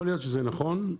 יכול להיות שזה נכון,